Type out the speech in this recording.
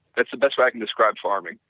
that's the best way i can describe farming.